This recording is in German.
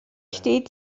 steht